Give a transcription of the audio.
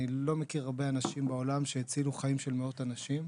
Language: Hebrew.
אני לא מכיר הרבה אנשים בעולם שהצילו חיים של מאות אנשים.